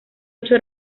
ocho